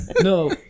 No